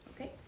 Okay